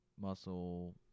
muscle